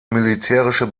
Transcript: militärische